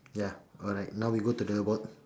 ya alright now we go to the bo~ uh